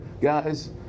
guys